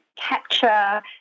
capture